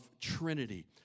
Trinity